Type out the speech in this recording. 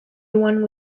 one